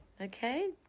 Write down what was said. Okay